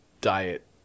diet